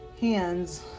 hands